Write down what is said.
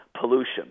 pollution